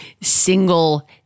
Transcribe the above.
single